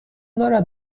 دارد